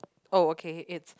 oh okay it's